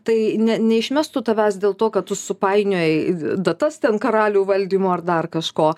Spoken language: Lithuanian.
tai ne neišmestų tavęs dėl to kad tu supainiojai datas ten karalių valdymo ar dar kažko